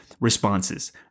responses